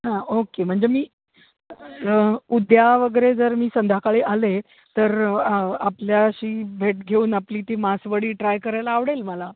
हां ओक्के म्हणजे मी उद्या वगैरे जर मी संध्याकाळी आले तर आपल्याशी भेट घेऊन आपली ती मासवडी ट्राय करायला आवडेल मला